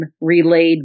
relayed